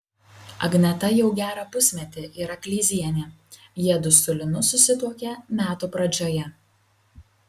agneta jau gerą pusmetį yra kleizienė jiedu su linu susituokė metų pradžioje